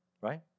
right